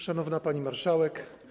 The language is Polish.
Szanowna Pani Marszałek!